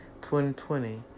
2020